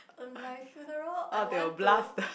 on my funeral I want to